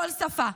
לכל שפה.